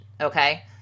okay